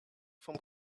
from